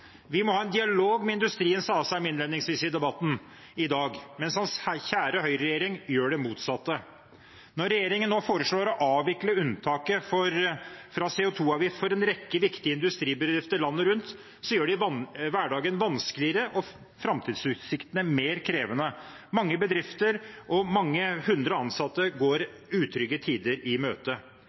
Vi må ha en dialog med industrien, sa representanten Asheim innledningsvis i debatten i dag, mens hans kjære høyreregjering gjør det motsatte. Når regjeringen nå foreslår å avvikle unntaket fra CO 2 -avgift for en rekke viktige industribedrifter landet rundt, gjør de hverdagen vanskeligere og framtidsutsiktene mer krevende. Mange bedrifter og mange hundre ansatte går utrygge tider i møte.